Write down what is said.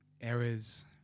errors